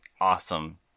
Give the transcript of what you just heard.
Awesome